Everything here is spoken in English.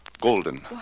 Golden